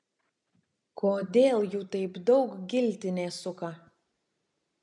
kodėl jų taip daug giltinė suka